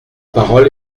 parole